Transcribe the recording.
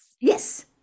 Yes